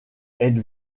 êtes